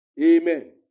Amen